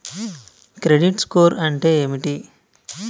Credit score అంటే ఏమిటి?